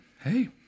Hey